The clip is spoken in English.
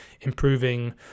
improving